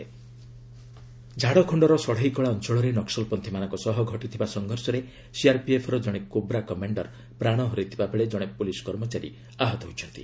ନକ୍ସଲ୍ ଝାଡ଼ଖଣ୍ଡ ଝାଡ଼ଖଣ୍ଡର ସଡ଼େଇକଳା ଅଞ୍ଚଳରେ ନକ୍ୱଲପନ୍ଥୀମାନଙ୍କ ସହ ଘଟିଥିବା ସଂଘର୍ଷରେ ସିଆର୍ପିଏଫ୍ର ଜଣେ କୋବ୍ରା କମାଣ୍ଡର ପ୍ରାଣ ହରାଇଥିବାବେଳେ କଣେ ପୁଲିସ୍ କର୍ମଚାରୀ ଆହତ ହୋଇଛନ୍ତି